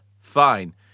Fine